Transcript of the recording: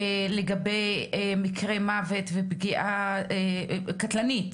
לגבי מקרי מוות ופגיעה קטלנית,